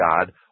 God